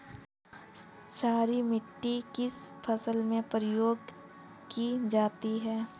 क्षारीय मिट्टी किस फसल में प्रयोग की जाती है?